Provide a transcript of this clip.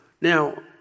Now